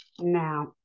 Now